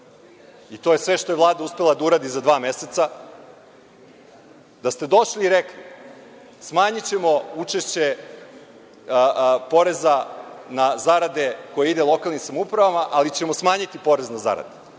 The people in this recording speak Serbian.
to je sve što je Vlada uspela da uradi za dva meseca, da ste došli i rekli – smanjićemo učešće poreza na zarade koji ide lokalnim samoupravama, ali ćemo smanjiti porez na zarade,